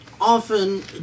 often